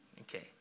Okay